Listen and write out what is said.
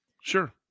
Sure